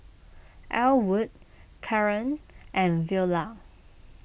Elwood Karan and Viola